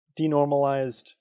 denormalized